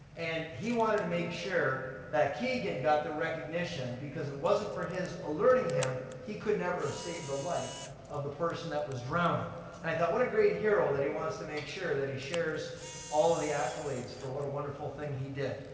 and he wanted to make sure that keegan got the recognition, because wasn't for his alerting him, he could never have saved the life of the person that was drowning. and i thought what a great hero that he wants to make sure that he shares all of the accolades for what a wonderful thing he did.